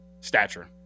stature